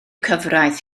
cyfraith